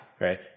right